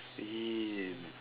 feel